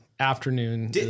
Afternoon